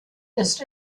ist